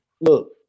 Look